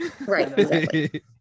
Right